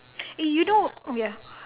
eh you know ya